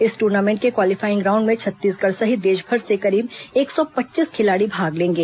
इस टूर्नामेंट के qualifying round में छत्तीसगढ़ सहित देशभर से करीब एक सौ पच्चीस खिलाड़ी भाग लेंगे